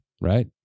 right